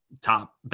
top